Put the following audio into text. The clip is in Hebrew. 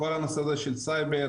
את כל הנושא הזה של סייבר,